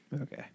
Okay